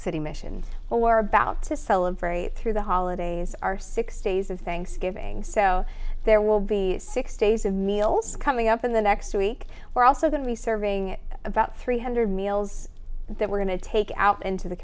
city mission or about to celebrate through the holidays are six days of thanksgiving so there will be six days of meals coming up in the next week we're also going to be serving about three hundred meals that we're going to take out into the